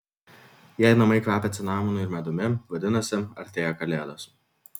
jei namai kvepia cinamonu ir medumi vadinasi artėja kalėdos